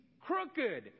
crooked